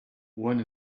one